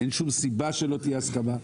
אין שום סיבה שלא תהיה הסכמה.